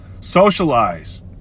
socialize